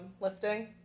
lifting